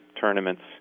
tournaments